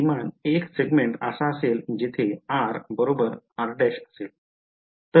तर किमान एक सेगमेंट असा असेल जेथे r बरोबर r' असेल